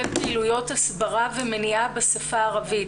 פעילויות הסברה ומניעה בשפה הערבית.